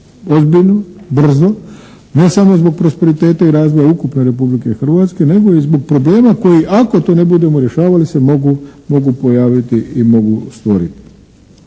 ozbiljno, brzo, ne samo zbog prosperiteta i razvoja ukupne Republike Hrvatske nego i zbog problema koji ako to ne budemo rješavali se mogu pojaviti i mogu stvoriti.